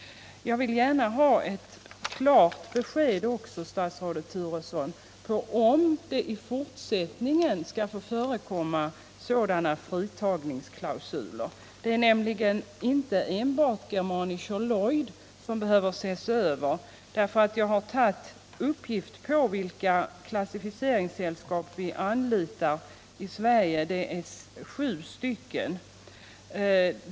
Jag vill gärna också ha ett klart besked, statsrådet Turesson, om det i fortsättningen skall få förekomma fritagningsklausuler. Det är nämligen inte enbart Germanischer Lloyd som behöver ses över; jag har tagit uppgift på vilka klassificeringssällskap vi anlitar i Sverige, och det är sju stycken.